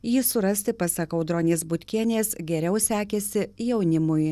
jį surasti pasak audronės butkienės geriau sekėsi jaunimui